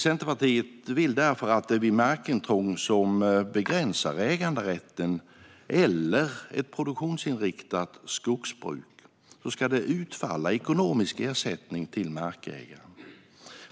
Centerpartiet vill därför att det vid markintrång som begränsar äganderätten eller produktionsinriktat skogsbruk ska utfalla ekonomisk ersättning till markägaren.